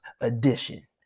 Edition